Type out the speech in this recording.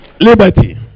liberty